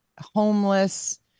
homeless